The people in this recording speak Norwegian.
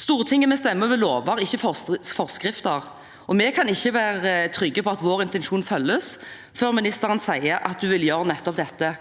Stortinget stemmer vi over lover, ikke forskrifter. Vi kan ikke være trygg på at vår intensjon følges før ministeren sier at hun vil gjøre nettopp det.